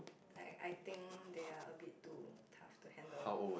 I I think they are a bit too tough to handle